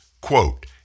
quote